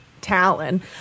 talon